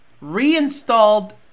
reinstalled